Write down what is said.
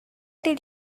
did